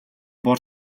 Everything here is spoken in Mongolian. бор